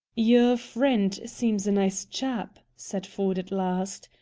your friend seems a nice chap, said ford at last.